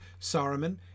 Saruman